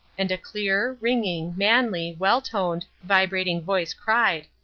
and a clear, ringing, manly, well-toned, vibrating voice cried,